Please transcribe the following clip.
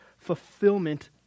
fulfillment